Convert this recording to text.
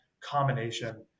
combination